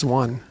one